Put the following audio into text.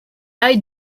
eye